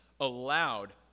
allowed